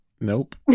nope